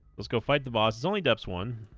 let's go fight the boss is only depp's one